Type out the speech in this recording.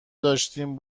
داشتم